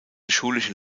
schulische